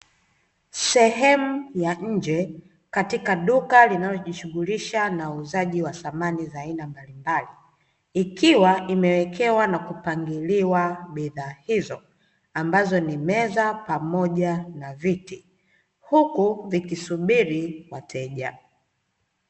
Sehemu ya nje katika duka linalojishughulisha na uuzaji wa samani za aina mbalimbali, ikiwa imewekewa na kupangiliwa bidhaa hizo, ambazo ni meza pamoja na viti, huku vikisubiri wateja.